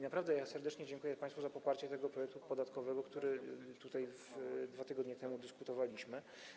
Naprawdę serdecznie dziękuję państwu za poparcie tego projektu podatkowego, o którym tutaj 2 tygodnie temu dyskutowaliśmy.